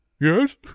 Yes